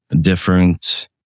different